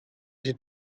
sie